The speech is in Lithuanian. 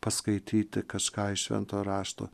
paskaityti kažką iš švento rašto